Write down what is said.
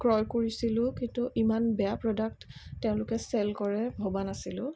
ক্ৰয় কৰিছিলোঁ কিন্তু ইমান বেয়া প্ৰডাক্ট তেওঁলোকে চেল কৰে ভবা নাছিলোঁ